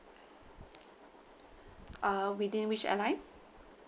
uh within which airline